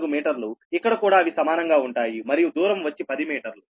4 మీటర్లు ఇక్కడ కూడా అవి సమానంగా ఉంటాయి మరియు దూరం వచ్చి పది మీటర్లు